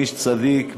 איש צדיק,